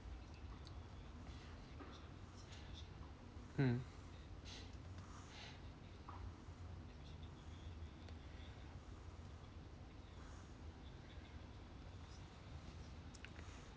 mm